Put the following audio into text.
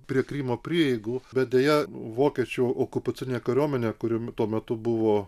prie krymo prieigų bet deja vokiečių okupacinė kariuomenė kuri tuo metu buvo